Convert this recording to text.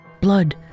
Blood